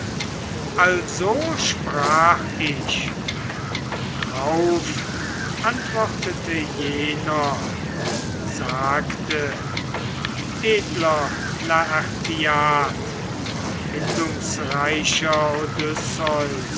also sprach ich und drauf antwortete jener und sagte edler laertiad erfindungsreicher